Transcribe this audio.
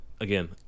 again